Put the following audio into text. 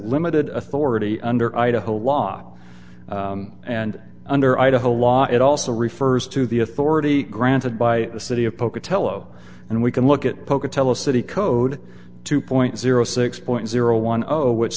limited authority under idaho law and under idaho law it also refers to the authority granted by the city of pocatello and we can look at pocatello city code two point zero six point zero one of which